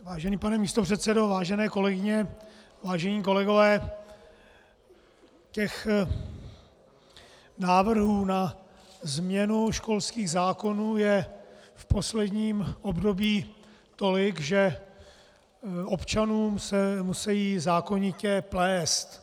Vážený pane místopředsedo, vážené kolegyně, vážení kolegové, těch návrhů na změnu školských zákonů je v posledním období tolik, že občanům se musejí zákonitě plést.